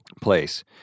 place